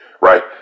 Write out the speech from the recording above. right